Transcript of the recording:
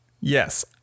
yes